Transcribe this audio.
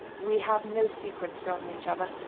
we have no secrets from each other.